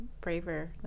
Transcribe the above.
braver